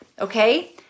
okay